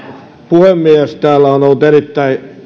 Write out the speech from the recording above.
puhemies täällä on ollut erittäin